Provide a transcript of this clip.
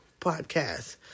podcast